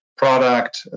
Product